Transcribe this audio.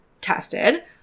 tested